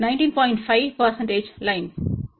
5 சதவீத லைன்யில்